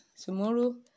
tomorrow